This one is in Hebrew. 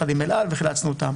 ביחד עם אל על וחילצנו אותם,